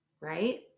right